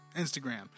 Instagram